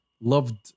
loved